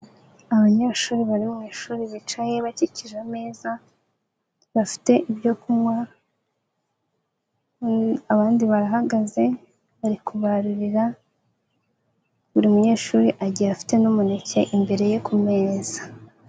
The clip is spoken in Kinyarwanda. Abanyeshuri bari mu ishuri bicaye bakikije ameza, bafite ibyo kunywa, abandi barahagaze bari kubarurira, buri munyeshuri agiye afite n'umuneke imbere ye ku meza.